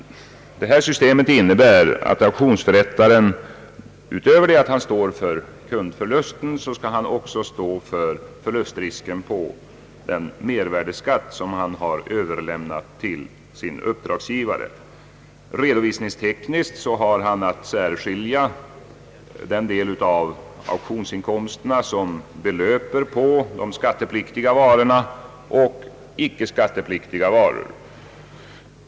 Det här systemet innebär, att auktionsförrättaren utöver kundförluster också skall stå för förlustrisken på den mervärdeskatt som han överlämnat till sin uppdragsgivare. Redovisningstekniskt har han att särskilja den del av auktionsinkomsterna, som belöper sig på skattepliktiga varor, från den del som gäller icke skattepliktiga varor.